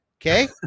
okay